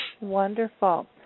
Wonderful